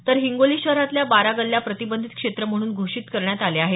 तर हिंगोली शहरातल्या बारा गल्ल्या प्रतिबंधित क्षेत्र म्हणून घोषित करण्यात आल्या आहेत